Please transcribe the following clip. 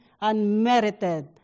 unmerited